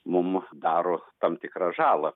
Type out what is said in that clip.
mum daro tam tikrą žalą